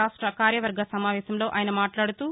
రాష్ట్ర కార్యవర్గ సమావేశంలో ఆయన మాట్లాడుతూ